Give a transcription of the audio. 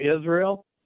Israel